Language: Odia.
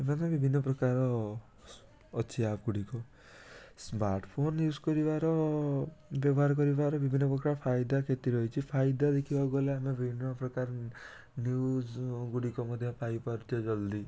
ଏମାନେ ବିଭିନ୍ନପ୍ରକାର ଅଛି ଆପ୍ଗୁଡ଼ିକ ସ୍ମାର୍ଟ୍ଫୋନ୍ ୟୁଜ୍ କରିବାର ବ୍ୟବହାର କରିବାର ବିଭିନ୍ନ ପ୍ରକାର ଫାଇଦା କ୍ଷତି ରହିଛି ଫାଇଦା ଦେଖିବାକୁ ଗଲେ ଆମେ ବିଭିନ୍ନପ୍ରକାର ନ୍ୟୂଜ୍ଗୁଡ଼ିକ ମଧ୍ୟ ପାଇପାରୁଛେ ଜଲ୍ଦି